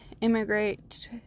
immigrate